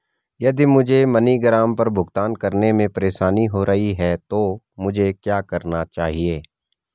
यदि मुझे मनीग्राम पर भुगतान करने में परेशानी हो रही है तो मुझे क्या करना चाहिए?